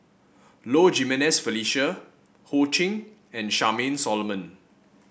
Low Jimenez Felicia Ho Ching and Charmaine Solomon